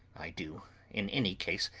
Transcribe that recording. i do in any case,